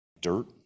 dirt